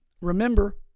Remember